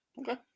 Okay